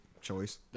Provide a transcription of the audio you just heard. choice